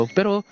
Pero